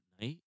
night